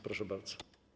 Proszę bardzo.